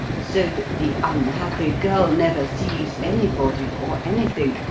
so that the unhappy girl never sees anybody or anything,